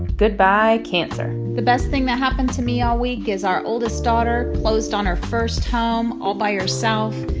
goodbye, cancer the best thing that happened to me all week is our oldest daughter closed on her first home all by herself.